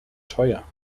teuer